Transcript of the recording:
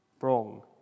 Wrong